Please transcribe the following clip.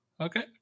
Okay